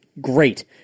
great